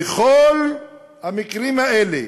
בכל המקרים האלה